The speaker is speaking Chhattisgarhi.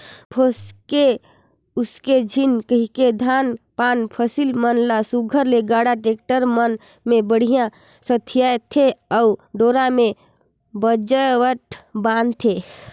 भोसके उसके झिन कहिके धान पान फसिल मन ल सुग्घर ले गाड़ा, टेक्टर मन मे बड़िहा सथियाथे अउ डोरा मे बजरबट बांधथे